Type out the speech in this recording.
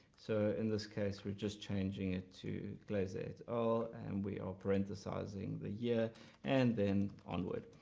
so in this case we're just changing it to glaeser et al and we are parenthesizing the year and then onward.